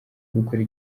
gukorera